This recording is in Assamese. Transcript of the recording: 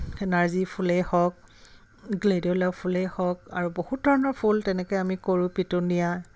সেই নাৰ্জী ফুলেই হওক গ্লেডুলা ফুলেই হওক আৰু বহুত ধৰণৰ ফুল তেনেকৈ আমি কৰোঁ পিটুনীয়া